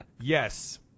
Yes